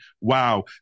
wow